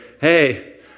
Hey